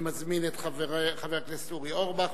אני מזמין את חבר הכנסת אורי אורבך.